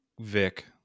Vic